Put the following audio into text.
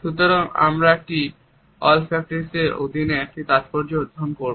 সুতরাং আমরা এটি অলফ্যাকটিক্সের অধীনে এর তাৎপর্যটি অধ্যয়ন করব